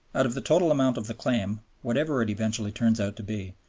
out of the total amount of the claim, whatever it eventually turns out to be,